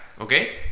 okay